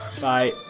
Bye